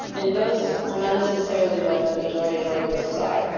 and those are not necessarily what the majority of organisms are.